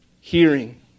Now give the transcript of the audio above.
Hearing